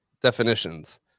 definitions